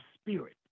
spirit